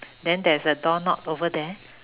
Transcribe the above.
then there's a door knob over there